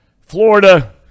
Florida